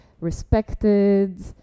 respected